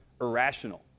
irrational